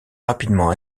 rapidement